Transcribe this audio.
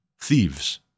thieves